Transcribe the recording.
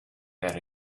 that